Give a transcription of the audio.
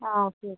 ആ ഓക്കെ